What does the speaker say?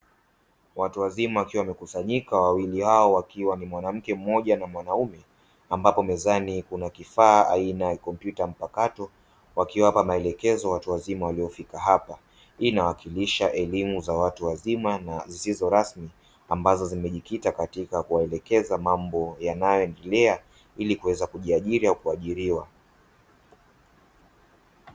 Watu wazima wakiwa wamekusanyika, wawili hao wakiwa ni mwanamke mmoja na mwanaume ambapo mezani kuna kifaa aina ya kompyuta mpakato wakiwapa maelekezo watu wazima waliofika hapa, hii inawakilisha elimu ya watu wazima na zisizo rasmi ambazo zimejikita katika kuwaelekeza mambo yanayoendelea ili kuweza kujiajiri au kuajiriwa.